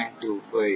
25